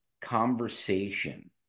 conversation